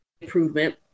improvement